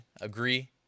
Agree